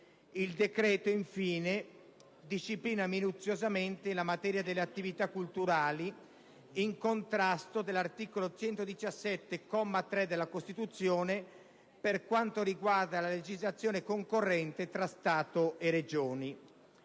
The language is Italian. Il decreto, infine, disciplina minuziosamente la materia delle attività culturali, in contrasto con l'articolo 117, comma 3, della Costituzione per quanto riguarda la legislazione concorrente tra Stato e Regioni.